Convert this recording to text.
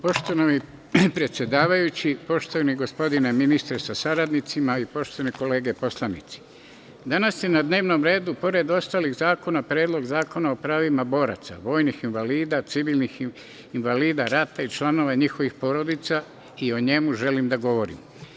Poštovani predsedavajući, poštovani gospodine ministre sa saradnicima i poštovane kolege poslanici, danas se na dnevnom redu, pored ostalih zakona, Predlog zakona o pravima boraca, vojnih invalida, civilnih invalida, rata i članova njihovih porodica i o njemu želim da govorim.